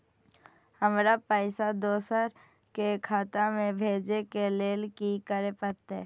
हमरा पैसा दोसर के खाता में भेजे के लेल की करे परते?